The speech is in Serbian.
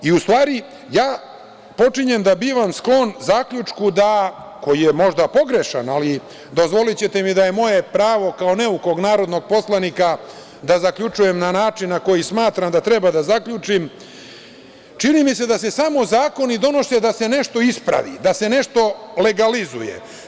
U stvari, ja počinjem da bivam sklon zaključku, koji je možda pogrešan, ali, dozvolićete mi da je moje pravo kao neukog narodnog poslanika da zaključujem na način na koji smatram da treba da zaključim, čini mi se da se samo zakoni donosi da se nešto ispravi, da se nešto legalizuje.